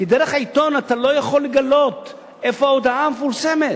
כי דרך העיתון אתה לא יכול לגלות איפה ההודעה מפורסמת.